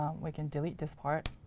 we can delete this part.